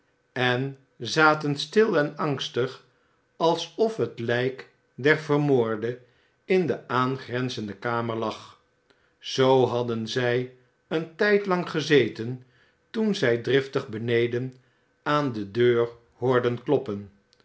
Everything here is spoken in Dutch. en zaten stil en angstig alsof het lijk der vermoorde in de aangrenzende kamer lag zoo hadden zij een tijdlang gezeten toen zij driftig beneden aan de deur hoorden kloppen